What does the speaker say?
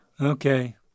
Okay